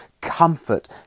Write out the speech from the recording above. Comfort